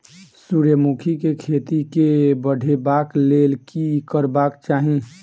सूर्यमुखी केँ खेती केँ बढ़ेबाक लेल की करबाक चाहि?